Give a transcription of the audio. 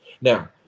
Now